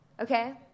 Okay